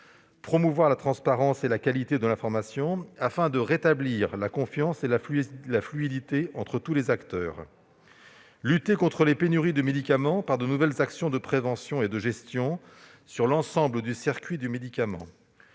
promouvoir la transparence et la qualité de l'information, afin de rétablir la confiance et la fluidité entre tous les acteurs ; lutter contre les pénuries de médicaments par de nouvelles actions de prévention et de gestion sur l'ensemble du circuit du médicament